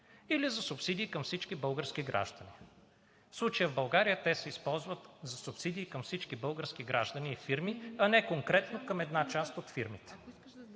или за субсидии към всички български граждани. В случая в България те се използват за субсидии към всички български граждани и фирми, а не конкретно към една част от фирмите.